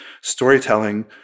storytelling